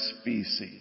species